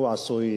הוא עשוי